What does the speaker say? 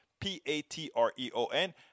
P-A-T-R-E-O-N